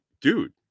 dude